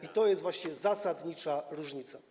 I to jest właśnie zasadnicza różnica.